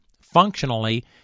Functionally